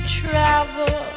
travel